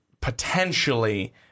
potentially